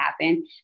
happen